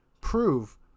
prove